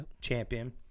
champion